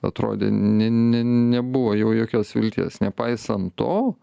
atrodė ne ne nebuvo jau jokios vilties nepaisant to